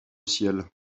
ciel